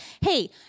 hey